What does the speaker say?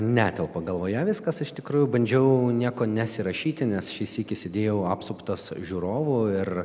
netelpa galvoje viskas iš tikrųjų bandžiau nieko nesirašyti nes šį sykį sėdėjau apsuptas žiūrovų ir